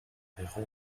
dejó